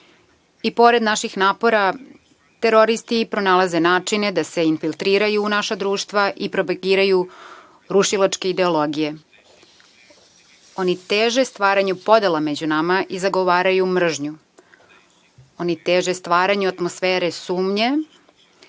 I pored naših napora, teroristi pronalaze načine da se infiltriraju u naša društva i propagiraju rušilačke ideologije. Oni teže stvaranju podela među nama i zagovaraju mržnju. Oni teže stvaranju atmosfere sumnje